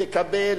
תקבל,